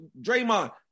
Draymond